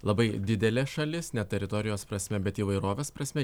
labai didelė šalis ne teritorijos prasme bet įvairovės prasme